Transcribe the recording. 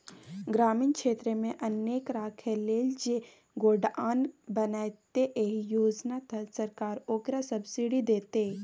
ग्रामीण क्षेत्रमे अन्नकेँ राखय लेल जे गोडाउन बनेतै एहि योजना तहत सरकार ओकरा सब्सिडी दैतै